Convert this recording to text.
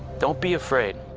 don't be afraid.